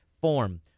form